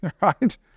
right